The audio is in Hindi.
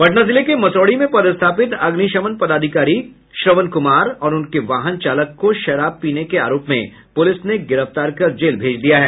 पटना जिले के मसौढ़ी में पदस्थापित अग्निशमन पदाधिकारी श्रवण कुमार और उनके वाहन चालक को शराब पीने के आरोप में पुलिस ने गिरफ्तार कर जेल भेज दिया है